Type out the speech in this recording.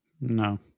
No